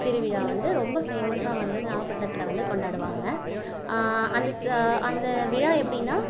திருவிழா வந்து ரொம்ப ஃபேமஸாக வந்து நாகப்பட்டினத்தில் வந்து கொண்டாடுவாங்க அந்த ச அந்த விழா எப்படினா